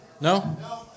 No